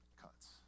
cuts